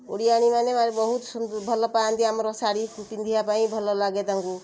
ଓଡ଼ିଆଣୀମାନେ ଭାରି ବହୁତ ଭଲ ପାଆନ୍ତି ଆମର ଶାଢ଼ୀ ପିନ୍ଧିବା ପାଇଁ ଭଲ ଲାଗେ ତାଙ୍କୁ